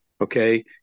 okay